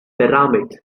pyramids